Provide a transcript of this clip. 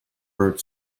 road